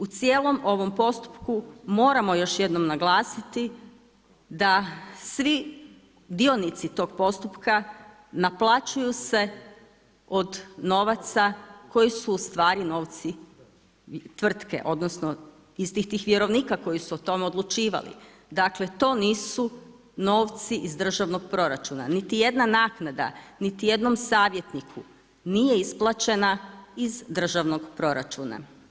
U cijelom ovom postupku moramo još jednom naglasiti da svi dionici tog postupka naplaćuju se od novaca koji su ustvari novci tvrtki odnosno istih tih vjerovnika koji su o tome odlučivali, dakle to nisu novci iz državnog proračuna, niti jedna naknada, niti jednom savjetniku nije isplaćena iz državnog proračuna.